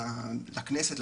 לכנסת,